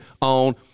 on